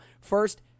first